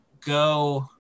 go